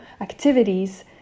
activities